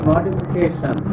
Modification